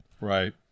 Right